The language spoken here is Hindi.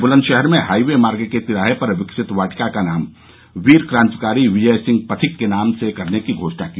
बुलन्दशहर में हाई वे मार्ग के तिराहे पर विकसित वाटिका का नाम वीर क्रांतिकारी विजय सिंह पथिक के नाम से करने की घोषणा की